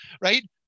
right